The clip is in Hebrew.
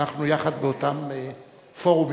ואנחנו יחד באותם פורומים,